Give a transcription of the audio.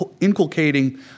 inculcating